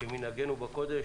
כמנהגו בקודש